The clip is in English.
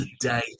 today